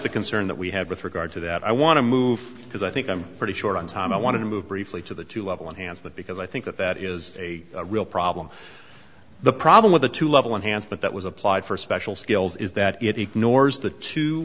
the concern that we had with regard to that i want to move because i think i'm pretty short on time i want to move briefly to the two level hands but because i think that that is a real problem the problem with a two level enhancement that was applied for special skills is that it ignores the two